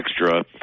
extra